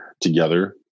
together